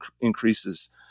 increases